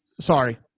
sorry